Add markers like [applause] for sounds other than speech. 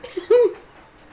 [noise]